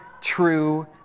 true